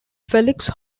felix